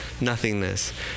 nothingness